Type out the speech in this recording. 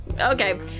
Okay